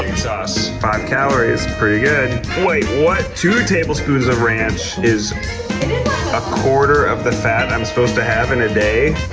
sauce? five calories, pretty good. wait, what? two tablespoons of ranch is a quarter of the fat i'm supposed to have in a day?